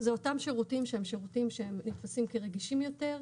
אלה אותם שירותים שהם שירותים שנתפסים כרגישים יותר,